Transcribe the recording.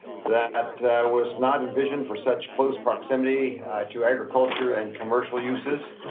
that was not envisioned for such close proximity to agriculture and commercial uses.